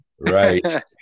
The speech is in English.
Right